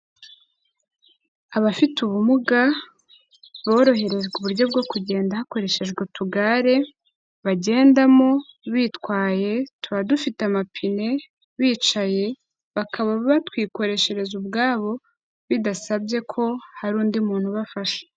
Abafite ubumuga boroherejwe uburyo bwo kugenda hakoreshejwe utugare bagendamo bitwaye, tuba dufite amapine, bicaye, bakaba batwikoreshereza ubwabo bidasabye ko hari undi muntu ubafasha.